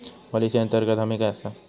Policy अंतर्गत हमी काय आसा?